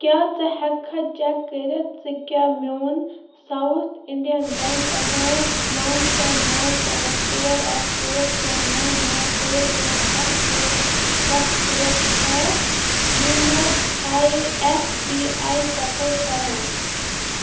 کیٛاہ ژٕ ہٮ۪ککھا چٮ۪ک کٔرِتھ ژٕ کیٛاہ میون ساوُتھ اِنڈین بٮ۪نٛک اٮ۪کاوُنٛٹ نَو شےٚ نَو پانٛژھ ژور اَکھ ژور شےٚ نَو نَو ٲٹھ ٲٹھ اَکھ ژور سَتھ ژور چھےٚ you know I S B I support کران